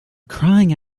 crying